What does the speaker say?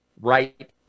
right